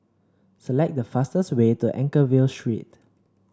select the fastest way to Anchorvale Street